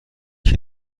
یکی